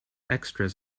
extras